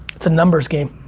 it's a numbers game.